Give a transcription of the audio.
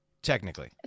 Technically